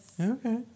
Okay